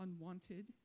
unwanted